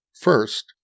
First